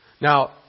Now